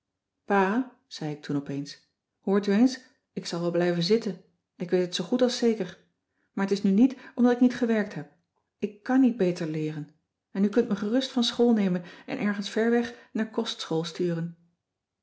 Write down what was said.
pa zei ik toen opeens hoort u eens ik zal wel blijven zitten ik weet het zoo goed als zeker maar t is nu niet omdat ik niet gewerkt heb ik kàn niet beter leeren en u kunt me gerust van school nemen en ergens verweg naar kostschool sturen